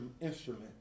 instrument